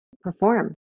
perform